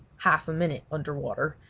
half a minute under water,